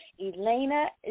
Elena